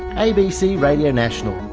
abc radio national.